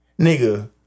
Nigga